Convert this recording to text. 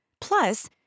Plus